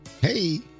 Hey